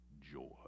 joy